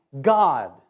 God